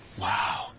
Wow